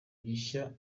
gishya